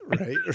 Right